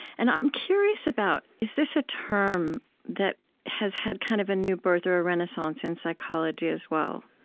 and i'm curious about is this a term that has had kind of a new birth or renaissance in psychology as well?